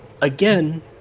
Again